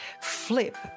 flip